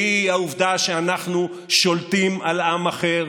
והיא העובדה שאנחנו שולטים על עם אחר,